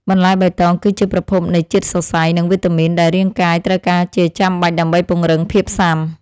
បន្លែបៃតងគឺជាប្រភពនៃជាតិសរសៃ និងវីតាមីនដែលរាងកាយត្រូវការជាចាំបាច់ ដើម្បីពង្រឹងភាពស៊ាំ។